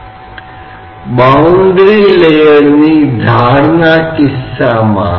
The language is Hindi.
तो जिस area क्षेत्र पर यह कार्य कर रहा है वह वह बल है जो तरल स्तंभ के भार से टिका हुआ है